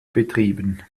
betrieben